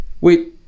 wait